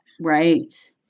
Right